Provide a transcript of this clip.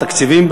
תקציבים,